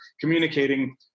communicating